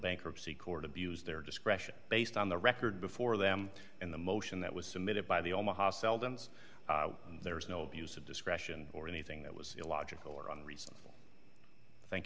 bankruptcy court abused their discretion based on the record before them and the motion that was submitted by the omaha seldon's there was no abuse of discretion or anything that was illogical or on reason thank